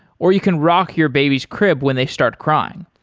or you can rock your baby's crib when they start crying.